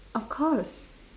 of course